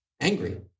angry